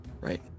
Right